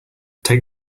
take